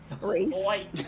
race